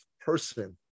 person